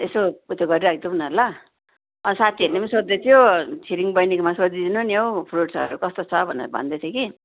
यसो उत्यो गरिराखिदेउ न ल साथीहरूले पनि सोध्दैथियो छिरिङ बहिनीकोमा सोधिदिनु नि हौ फ्रुट्सहरू कस्तो छ भनेर भन्दैथियो कि